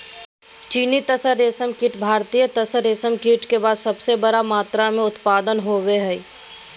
चीनी तसर रेशमकीट भारतीय तसर रेशमकीट के बाद सबसे बड़ी मात्रा मे उत्पादन होबो हइ